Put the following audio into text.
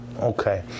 Okay